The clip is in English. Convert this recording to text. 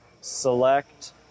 select